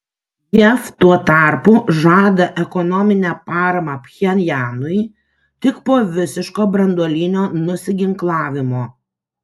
jav tuo tarpu žada ekonominę paramą pchenjanui tik po visiško branduolinio nusiginklavimo